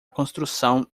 construção